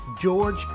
George